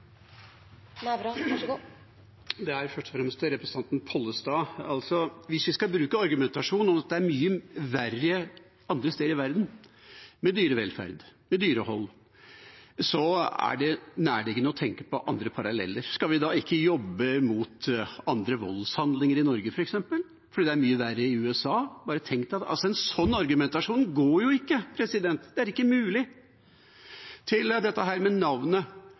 er først og fremst til representanten Pollestad: Hvis vi skal bruke den argumentasjonen at det er mye verre andre steder i verden med dyrevelferd, med dyrehold, er det nærliggende å tenke på andre paralleller. Skal vi da ikke jobbe mot voldshandlinger i Norge f.eks. fordi det er mye verre i USA? Bare tenk det. En sånn argumentasjon går jo ikke. Det er ikke mulig. Til det med navnet,